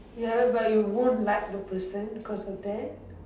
ya but you won't like the person because of that